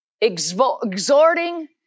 exhorting